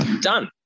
Done